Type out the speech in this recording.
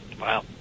Wow